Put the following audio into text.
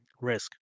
risk